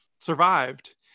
survived